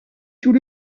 tout